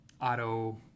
auto